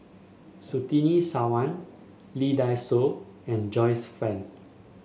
Surtini Sarwan Lee Dai Soh and Joyce Fan